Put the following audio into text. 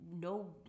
no